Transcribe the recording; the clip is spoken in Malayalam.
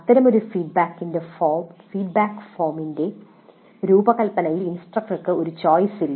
അത്തരമൊരു ഫീഡ്ബാക്ക് ഫോമിന്റെ രൂപകൽപ്പനയിൽ ഇൻസ്ട്രക്ടർക്ക് ഒരു ചോയ്സ് ഇല്ല